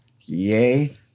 Yay